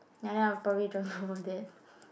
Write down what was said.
no no probably don't over that